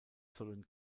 sollen